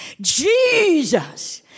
Jesus